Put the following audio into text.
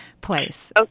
place